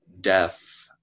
Death